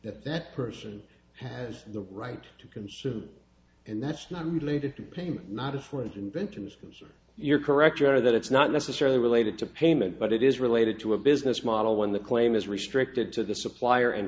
that that person has the right to consume and that's not related to payment not of for his inventions because you're correct or that it's not necessarily related to payment but it is related to a business model when the claim is restricted to the supplier and